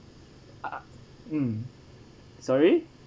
ah mm sorry